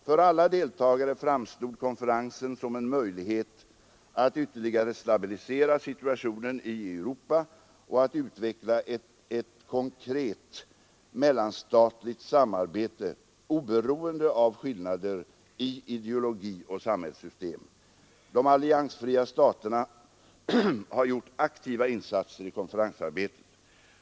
För alla deltagare framstod konferensen som en möjlighet att ytterligare stabilisera situationen i Europa och att utveckla ett konkret mellanstatligt samarbete oberoende av skillnader i ideologi och samhällssystem. De alliansfria staterna har gjort aktiva insatser i konferensarbetet.